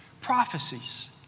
prophecies